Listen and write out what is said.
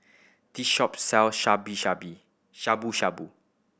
this shop sells Shabu Shabu